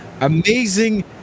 amazing